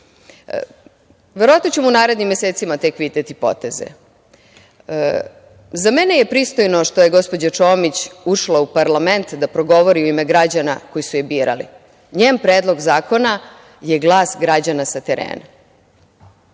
Verovatno ćemo u narednim mesecima tek videti poteze. Za mene je pristojno što je gospođa Čomić ušla u parlament da progovori u ime građana koji su je birali. Njen Predlog zakona je glas građana sa terena.